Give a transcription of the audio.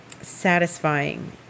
satisfying